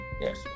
Yes